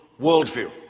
worldview